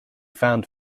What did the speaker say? found